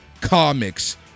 comics